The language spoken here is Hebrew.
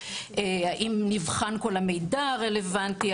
האם נבחן כל המידע הרלוונטי,